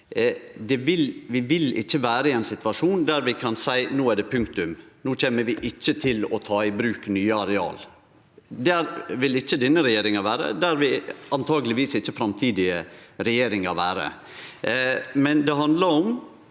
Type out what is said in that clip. Vi vil ikkje vere i ein situasjon der vi kan seie at no er det punktum, no kjem vi ikkje til å ta i bruk nye areal. Der vil ikkje denne regjeringa vere. Der vil antakeleg ikkje framtidige regjeringar vere.